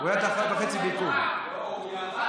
הוא היה דקה וחצי, לא, הוא ירד.